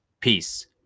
Peace